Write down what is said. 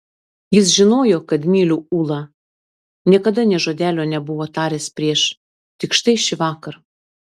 jis žinojo kad myliu ulą niekada nė žodelio nebuvo taręs prieš tik štai šįvakar